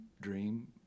dream